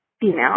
female